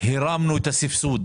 הרמנו את גובה הסבסוד